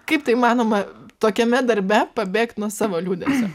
kaip tai įmanoma tokiame darbe pabėgt nuo savo liūdesio